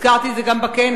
הזכרתי את זה גם בכנס.